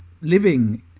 living